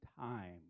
time